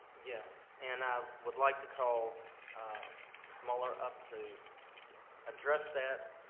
yes, and i would like to call ms. muller up to address that.